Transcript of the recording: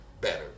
better